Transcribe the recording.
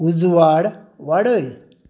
उजवाड वाडय